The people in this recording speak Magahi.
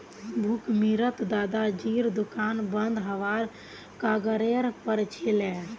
भुखमरीत दादाजीर दुकान बंद हबार कगारेर पर छिले